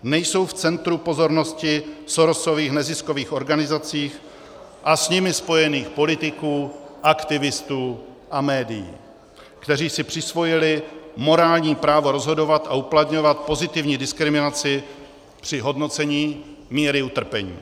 Nejsou v centru pozornosti Sorosových neziskových organizací a s nimi spojených politiků, aktivistů a médií, kteří si přisvojili morální právo rozhodovat a uplatňovat pozitivní diskriminaci při hodnocení míry utrpení.